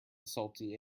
salty